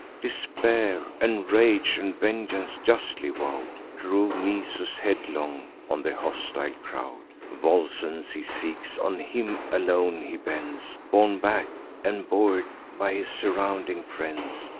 despair, and rage, and vengeance justly vow'd, drove nisus headlong on the hostile crowd. volscens he seeks on him alone he bends borne back and bor'd by his surrounding friends,